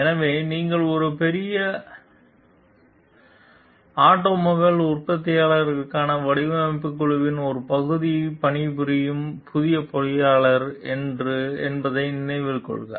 எனவே நீங்கள் ஒரு பெரிய ஆட்டோமொபைல் உற்பத்தியாளருக்கான வடிவமைப்புக் குழுவின் ஒரு பகுதியாக பணிபுரியும் புதிய பொறியியலாளர் என்பதை நினைவில் கொள்க